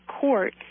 court